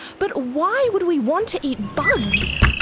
but why would we want to eat bugs?